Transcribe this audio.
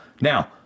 now